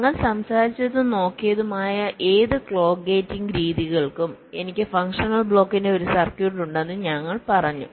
ഞങ്ങൾ സംസാരിച്ചതും നോക്കിയതുമായ ഏത് ക്ലോക്ക് ഗേറ്റിംഗ് രീതികൾക്കും എനിക്ക് ഫങ്ഷണൽ ബ്ലോക്കിന്റെ ഒരു സർക്യൂട്ട് ഉണ്ടെന്ന് ഞങ്ങൾ പറഞ്ഞു